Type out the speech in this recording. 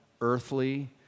earthly